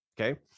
okay